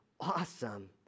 awesome